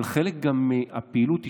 אבל גם חלק מהפעילות השתנתה.